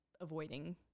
avoiding